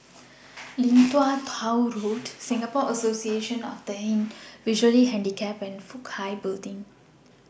Lim Tua Tow Road Singapore Association of The Visually Handicapped and Fook Hai Building